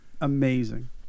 Amazing